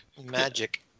Magic